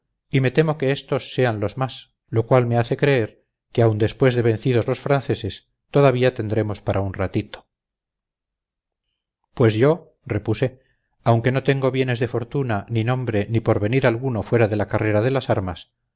y me temo que éstos sean los más lo cual me hace creer que aun después de vencidos los franceses todavía tendremos para un ratito pues yo repuse aunque no tengo bienes de fortuna ni nombre ni porvenir alguno fuera de la carrera de las armas